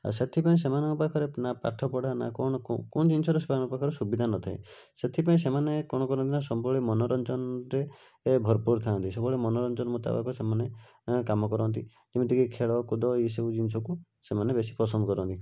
ଆଉ ସେଥିପାଇଁ ସେମାନଙ୍କ ପାଖରେ ନା ପାଠପଢ଼ା ନା କ'ଣ କେଉଁ ଜିନିଷରେ ସେମାନଙ୍କ ପାଖରେ ସୁବିଧା ନଥାଏ ସେଥିପାଇଁ ସେମାନେ କ'ଣ କରନ୍ତିନା ସବୁବେଳେ ମନୋରଞ୍ଜନରେ ଏ ଭରପୁର ଥାନ୍ତି ସବୁବେଳେ ମନୋରଞ୍ଜନ ମୁତାବକ ସେମାନେ ଏ କାମ କରନ୍ତି ଯେମିତିକି ଖେଳକୁଦ ଏସବୁ ଜିନିଷକୁ ସେମାନେ ବେଶୀ ପସନ୍ଦ କରନ୍ତି